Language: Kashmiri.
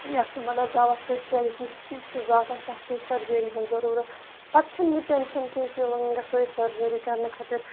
یَتھ نہٕ مطلب دوا سۭتۍ چَلہِ کیٚنٛہہ کہِ سُہ آسہِ تَتھ پیٚیہِ سٔرجٔری ہٕنٛز ضٔروٗرت پَتہٕ چھِنہٕ یہِ ٹٮ۪نٛشَن کیٚنٛہہ کہِ وۄنۍ گَژھو أسۍ سٔرجٔری کَرنہٕ خٲطِر